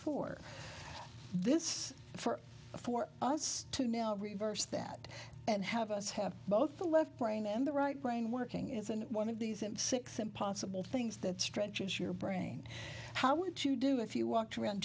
four this for for us to now reverse that and have us have both the left brain and the right brain working isn't one of these and six impossible things that stretches your brain how would you do if you walked around